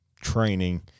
training